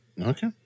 Okay